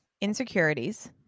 insecurities